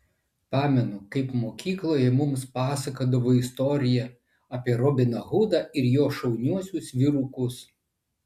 pamenu kaip mokykloje mums pasakodavo istoriją apie robiną hudą ir jo šauniuosius vyrukus